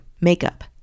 makeup